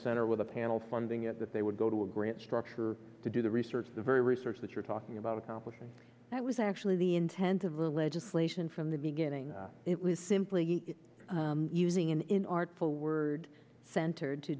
center with the panel funding it that they would go to a grant structure to do the research the very research that you're talking about accomplishing that was actually the intent of the legislation from the beginning it was simply using an in artful word centered to